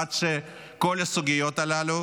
עד שכל הסוגיות הללו